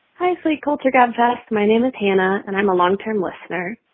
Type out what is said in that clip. hi slate culture gabfests. my name is hannah and i'm a longtime listener.